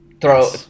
Throw